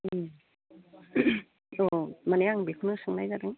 अ माने आं बेखौनो सोंनाय जादों